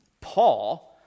Paul